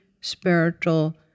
spiritual